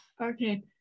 Okay